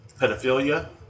pedophilia